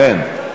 אכן.